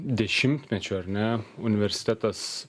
dešimtmečių ar ne universitetas